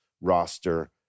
roster